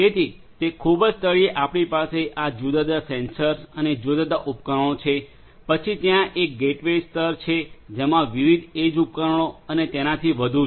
તેથી ખૂબ જ તળિયે આપણી પાસે આ જુદા જુદા સેન્સર્સ અને જુદા જુદા ઉપકરણો છે પછી ત્યાં એક ગેટવે સ્તર છે જેમાં વિવિધ એજ ઉપકરણો અને તેનાથી વધુ છે